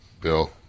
Bill